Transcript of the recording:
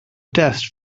dust